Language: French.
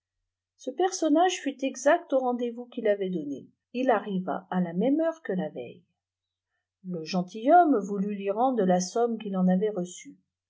ce personnage fut exact au rendez-vous qu'il avait donné il arriva à la même heure que la veille le gentilhomme voulut lui rendre la somme qu'il en avait reçue